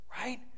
Right